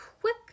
quick